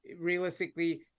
Realistically